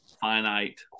finite